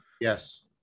Yes